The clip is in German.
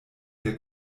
der